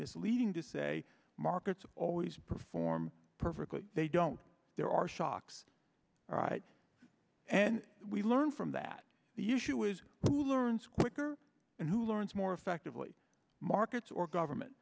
misleading to say markets always perform perfectly they don't there are shocks all right and we learn from that the issue is who learns quicker and who learns more effectively markets or government